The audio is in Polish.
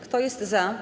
Kto jest za?